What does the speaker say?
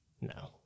No